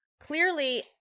Clearly